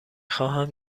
خواهم